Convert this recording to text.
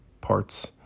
parts